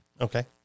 Okay